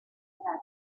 ventral